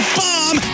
bomb